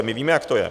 My víme, jak to je!